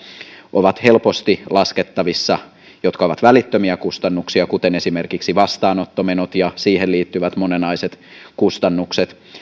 ovat helposti laskettavissa jotka ovat välittömiä kustannuksia kuten vastaanottomenot ja siihen liittyvät moninaiset kustannukset